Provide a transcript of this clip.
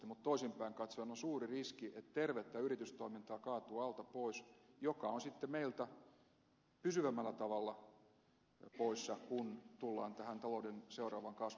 mutta toisinpäin katsoen on suuri riski että tervettä yritystoimintaa kaatuu alta pois mikä on sitten meiltä pysyvämmällä tavalla poissa kun tullaan tähän talouden seuraavaan kasvuvaiheeseen